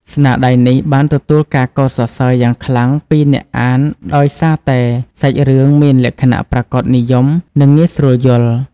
ស្នាដៃនេះបានទទួលការកោតសរសើរយ៉ាងខ្លាំងពីអ្នកអានដោយសារតែសាច់រឿងមានលក្ខណៈប្រាកដនិយម និងងាយស្រួលយល់។